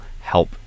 help